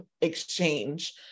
exchange